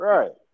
Right